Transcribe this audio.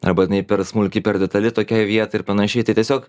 arba tenai per smulki per detali tokiai vietai ir panašiai tai tiesiog